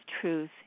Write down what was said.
truth